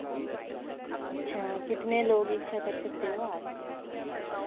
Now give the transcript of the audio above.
अच्छा कितने लोग इकट्ठा कर सकते हो आप